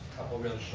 couple really